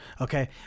okay